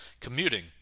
Commuting